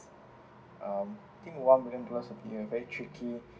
um think one million dollars appear a very tricky